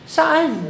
Saan